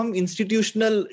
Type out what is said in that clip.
institutional